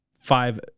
five